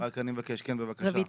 כן, בבקשה.